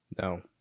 No